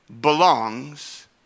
belongs